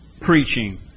preaching